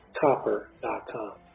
copper.com